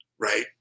right